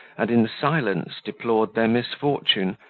and in silence deplored their misfortune,